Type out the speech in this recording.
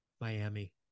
Miami